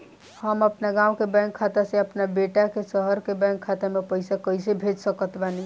हम अपना गाँव के बैंक खाता से अपना बेटा के शहर के बैंक खाता मे पैसा कैसे भेज सकत बानी?